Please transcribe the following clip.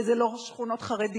וזה לא רק שכונות חרדיות.